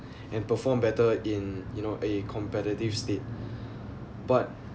and perform better in you know a competitive state but